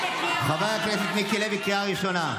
חבר הכנסת מיקי לוי, קריאה ראשונה.